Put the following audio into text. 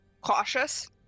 cautious